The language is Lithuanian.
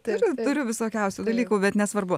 tai aš turiu visokiausių dalykų bet nesvarbu